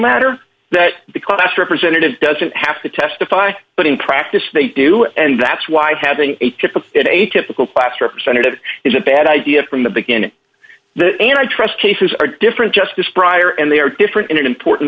matter that the class representative doesn't have to testify but in practice they do and that's why having a triple a typical class representative is a bad idea from the beginning the antitrust cases are different justice pryor and they are different in an important